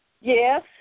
Yes